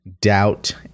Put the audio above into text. Doubt